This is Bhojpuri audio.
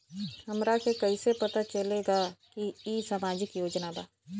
हमरा के कइसे पता चलेगा की इ सामाजिक योजना बा?